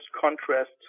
contrast